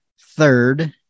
third